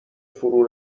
فرو